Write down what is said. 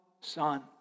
Son